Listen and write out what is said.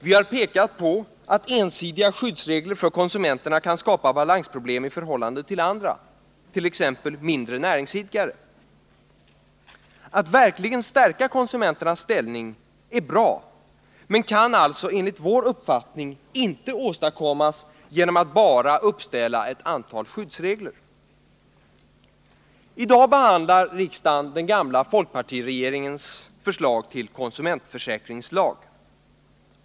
Vi har pekat på att ensidiga skyddsregler för konsumenterna kan skapa balansproblem i förhållande till andra, t.ex. mindre näringsidkare. Att verkligen stärka konsumenternas ställning är bra, men det kan alltså enligt vår uppfattning inte åstadkommas genom att bara uppställa ett antal skyddsregler. I dag behandlar riksdagen den gamla folkpartiregeringens förslag till konsumentförsäkringslag.